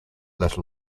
let